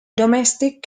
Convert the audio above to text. domestic